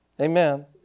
Amen